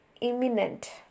imminent